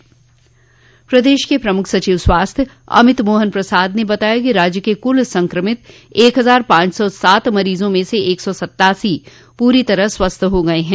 प्रदेश के प्रमुख सचिव स्वास्थ्य अमित मोहन प्रसाद ने बताया कि राज्य के कुल संक्रमित एक हजार पांच सौ सात मरीजों में से एक सौ सत्तासी पूरी तरह स्वस्थ हो गये हैं